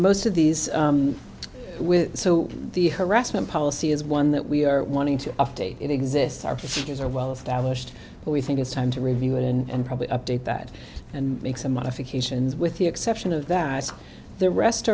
most of these with so the harassment policy is one that we are wanting to update it exists our procedures are well established but we think it's time to review it and probably update that and make some modifications with the exception of that the rest